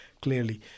clearly